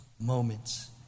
moments